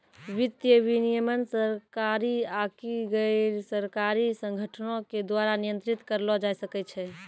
वित्तीय विनियमन सरकारी आकि गैरसरकारी संगठनो के द्वारा नियंत्रित करलो जाय सकै छै